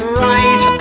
right